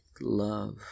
love